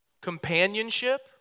companionship